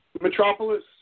Metropolis